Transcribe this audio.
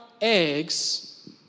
eggs